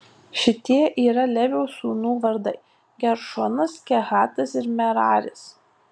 šitie yra levio sūnų vardai geršonas kehatas ir meraris